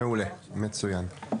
מעולה, מצוין.